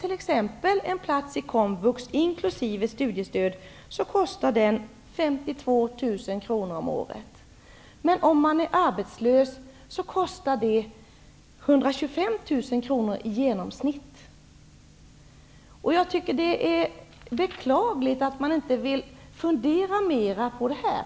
om året, men kostnaden för den som är arbetslös är 125 000 kr. i genomsnitt. Jag tycker att det är beklagligt att man inte vill fundera mer på det här.